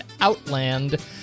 Outland